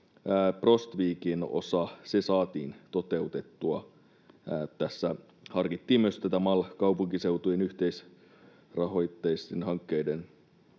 Prostvikin osa saatiin toteutettua. Tässä harkittiin myös MAL-kaupunkiseutujen yhteisrahoitteisten hankkeiden